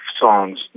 songs